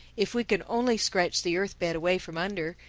if we can only scratch the earth-bed away from under,